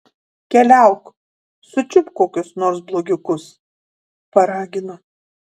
keliauk sučiupk kokius nors blogiukus paragino